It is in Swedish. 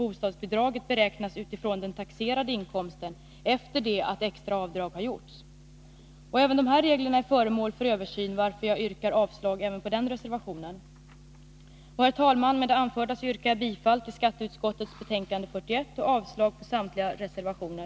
Bostadsbidraget beräknas ju utifrån den taxerade inkomsten, efter det att extra avdrag har gjorts. Även de här reglerna är föremål för översyn. Av den anledningen yrkar jag avslag också på denna reservation. Herr talman! Med det anförda yrkar jag bifall till hemställan i skatteutskottets betänkande 41 och avslag på samtliga reservationer.